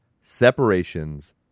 Separations